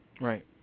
Right